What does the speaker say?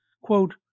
quote